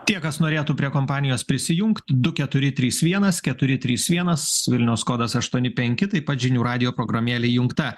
tie kas norėtų prie kompanijos prisijungt du keturi trys vienas keturi trys vienas vilniaus kodas aštuoni penki taip pat žinių radijo programėlė įjungta